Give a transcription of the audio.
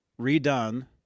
redone